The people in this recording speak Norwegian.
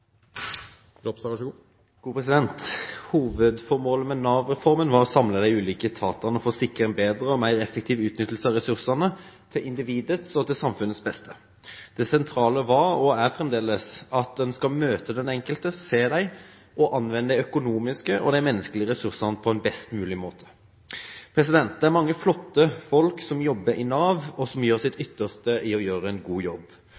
Hovedformålet med Nav-reformen var å samle de ulike etatene for å sikre en bedre og mer effektiv utnyttelse av ressursene, til individets og til samfunnets beste. Det sentrale var, og er fremdeles, at en skal møte og se den enkelte, og anvende de økonomiske og menneskelige ressursene på en best mulig måte. Det er mange flotte folk som jobber i Nav, og som gjør sitt ytterste for å gjøre en god jobb.